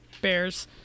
Bears